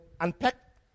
unpack